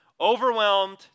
Overwhelmed